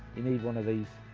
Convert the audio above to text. you need one of these.